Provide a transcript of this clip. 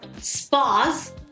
spas